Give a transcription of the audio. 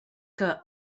que